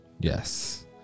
Yes